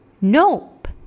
Nope